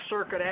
Circuit